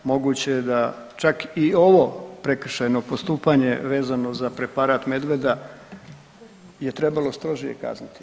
Moguće je da čak i ovo prekršajno postupanje vezano za preparat medvjeda je trebalo strože kazniti.